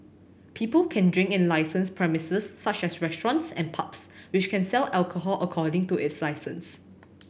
people can drink in licensed premises such as restaurants and pubs which can sell alcohol according to its licence